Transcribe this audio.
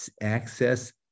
access